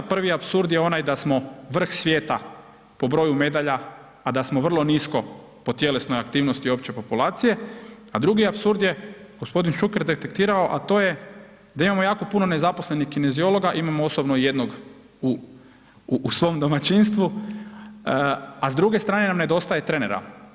Prvi je apsurd je onaj da smo vrh svijeta po broju medalja, a da smo vrlo nisko po tjelesnoj aktivnosti opće populacije, a drugi apsurd je g. detektirao, a to je da imamo jako puno nezaposlenih kineziologa, imam osobno jednog u svom domaćinstvu, a s druge strane nam nedostaje trenera.